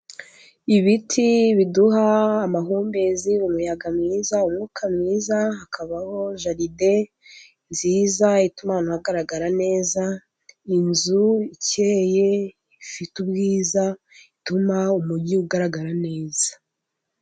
Ibiti biduha amahumbezi, umuyaga mwiza, umwuka mwiza. Hakabaho jaride nziza ituma ahantu hagaragara neza. Inzu ikeye ifite ubwiza, ituma umujyi ugaragara neza.